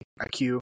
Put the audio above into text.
IQ